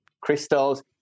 crystals